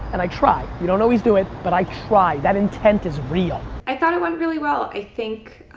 and i try. you don't always do it, but i try. that intent is real. i thought it went really well. i think